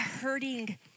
hurting